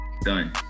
done